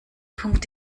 punkt